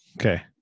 Okay